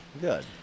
Good